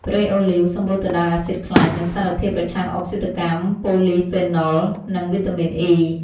ប្រេងអូលីវ សម្បូរទៅដោយអាស៊ីដខ្លាញ់ និងសារធាតុប្រឆាំងអុកស៊ីតកម្ម ប៉ូលីហ្វេណុល (Polyphenols) និង វីតាមីន អុី (E)។